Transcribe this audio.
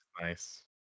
Nice